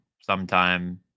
sometime